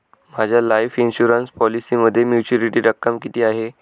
माझ्या life insurance पॉलिसीमध्ये maturity रक्कम किती आहे?